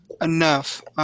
enough